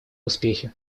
успехи